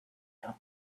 out